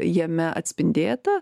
jame atspindėta